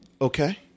Okay